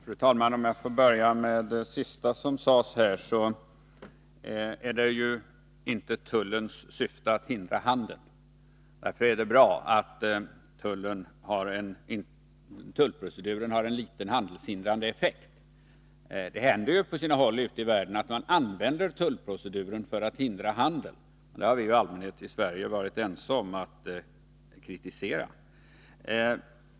Fru talman! Om jag får börja med det sista som sades vill jag framhålla att det ju inte är tullens syfte att hindra handeln. Därför är det bra att tullproceduren har en liten handelshindrande effekt. Det händer ju på sina håll ute i världen att tullproceduren används för att hindra handel, men sådana hinder det har vi i Sverige i allmänhet varit eniga om att kritisera.